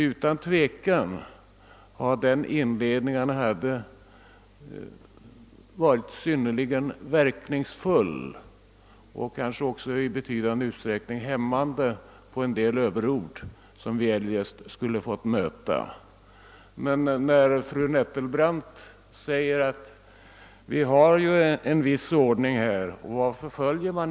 Industriministerns inledning har utan tvivel varit synnerligen verkningsfull och kanske också i betydande utsträckning verkat hämmande; vi har nog sluppit höra en del överord som vi eljest inte skulle ha undgått. Fru Nettelbrandt frågade varför man inte följer den ordning som brukar gälla.